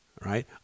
right